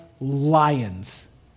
Lions